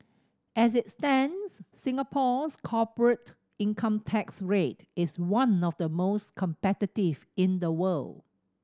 as it stands Singapore's corporate income tax rate is one of the most competitive in the world